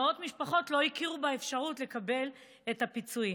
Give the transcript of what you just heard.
מאות משפחות לא הכירו באפשרות לקבלת את הפיצויים.